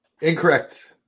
Incorrect